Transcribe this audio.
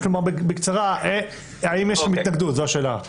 רק תאמר בקצרה האם יש לכם התנגדות, זאת השאלה.